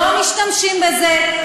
לא משתמשים בזה,